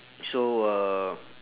so uh